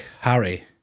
Harry